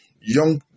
Young